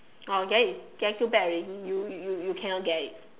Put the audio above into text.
oh then it's too bad already you you cannot get it